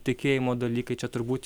tikėjimo dalykai čia turbūt